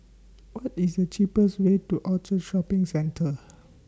What IS The cheapest Way to Orchard Shopping Centre